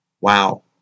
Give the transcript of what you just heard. Wow